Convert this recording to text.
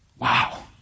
Wow